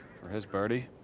for his birdie.